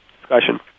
discussion